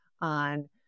on